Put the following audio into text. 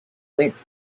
went